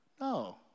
No